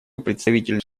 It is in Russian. представительницу